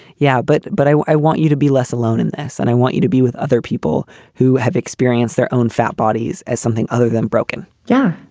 yeah. but but i want you to be less alone in this. and i want you to be with other people who have experienced their own fat bodies as something other than broken. yeah,